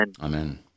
Amen